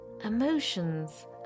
emotions